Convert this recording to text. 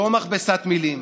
לא מכבסת מילים.